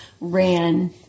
ran